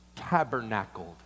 tabernacled